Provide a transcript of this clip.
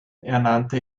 ernannte